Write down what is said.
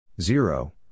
zero